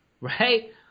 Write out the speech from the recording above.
right